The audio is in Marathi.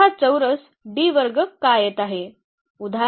तर हा चौरस D वर्ग का येत आहे